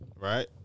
right